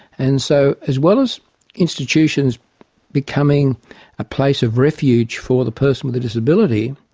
and so as well as institutions becoming a place of refuge for the person with a disability,